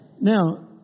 Now